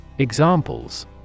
Examples